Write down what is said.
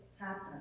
happen